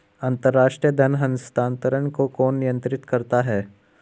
अंतर्राष्ट्रीय धन हस्तांतरण को कौन नियंत्रित करता है?